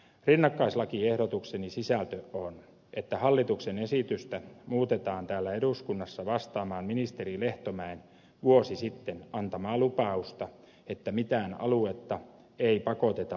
rinnakkaislakiehdotukseni sisältö on että hallituksen esitystä muutetaan täällä eduskunnassa vastaamaan ministeri lehtomäen vuosi sitten antamaa lupausta että mitään aluetta ei pakoteta liittymään kansallispuistoon